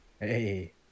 hey